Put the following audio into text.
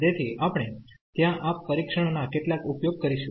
તેથી આપણે ત્યાં આ પરીક્ષણના કેટલાક ઉપયોગ કરીશું